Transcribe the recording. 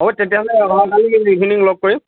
হ'ব তেতিয়াহ'লে অহা কালিলৈ ইভিনিং লগ কৰিম